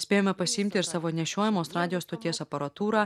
spėjome pasiimti ir savo nešiojamos radijo stoties aparatūrą